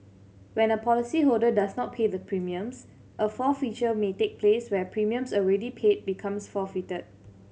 when a policyholder does not pay the premiums a forfeiture may take place where premiums already paid becomes forfeited